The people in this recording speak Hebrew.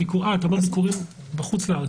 אתה מדבר על ביקורים בחוץ לארץ.